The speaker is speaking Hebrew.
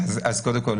קודם כל,